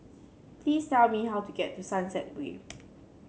please tell me how to get to Sunset Way